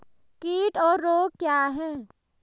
कीट और रोग क्या हैं?